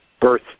birth